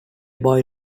boy